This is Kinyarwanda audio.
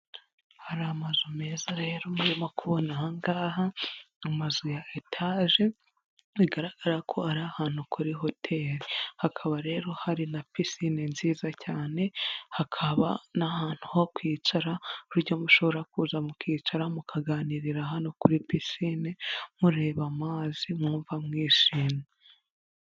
Hari amazu meza rero murimo kubona aha ngaha, amamazu ya etaje, bigaragara ko ari ahantu kuri hoteri, hakaba rero hari na pisine nziza cyane, hakaba n'ahantu ho kwicara kuburyo mushobora kuza mukicara mukaganirira hano kuri pisine, mureba amazi mwumva mwishimye.